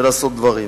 ולעשות דברים.